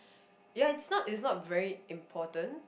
ya it's not it's not very important